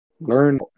Learn